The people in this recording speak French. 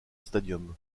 stadium